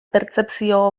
pertzepzio